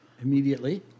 immediately